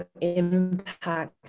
impact